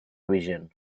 vigent